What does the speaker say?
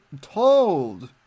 told